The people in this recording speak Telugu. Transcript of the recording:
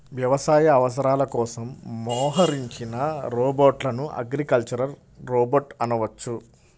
వ్యవసాయ అవసరాల కోసం మోహరించిన రోబోట్లను అగ్రికల్చరల్ రోబోట్ అనవచ్చు